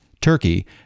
Turkey